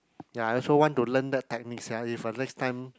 ya I also want to learn the technique sia if uh next time